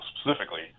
specifically